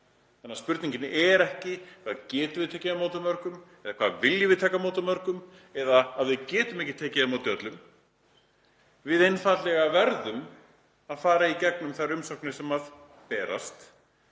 þannig að spurningin er ekki um hvað við getum tekið á móti mörgum eða hvað við viljum taka á móti mörgum eða að við getum ekki tekið á móti öllum; við einfaldlega verðum að fara í gegnum þær umsóknir sem berast